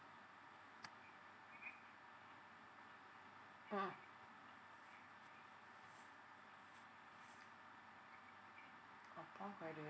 mmhmm upon graduation